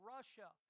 Russia